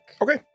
Okay